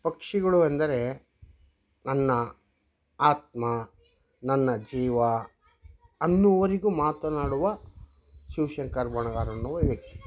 ಪಕ್ಷಿಗಳು ಎಂದರೆ ನನ್ನ ಆತ್ಮ ನನ್ನ ಜೀವ ಅನ್ನೋವರೆಗು ಮಾತನಾಡುವ ಶಿವಶಂಕರ್ ಬಣಗಾರೆನ್ನುವ ವ್ಯಕ್ತಿ